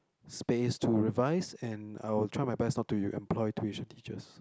space to revise and I will try my best not to employ tuition teachers